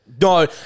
No